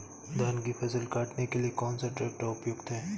धान की फसल काटने के लिए कौन सा ट्रैक्टर उपयुक्त है?